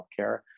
healthcare